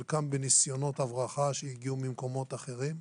חלקם בניסיונות הברחה שהגיעו ממקומות אחרים.